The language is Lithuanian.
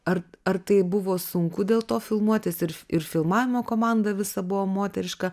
ar ar tai buvo sunku dėl to filmuotis ir ir filmavimo komanda visa buvo moteriška